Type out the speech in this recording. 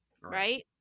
right